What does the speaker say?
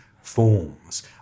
forms